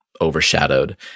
overshadowed